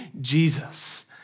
Jesus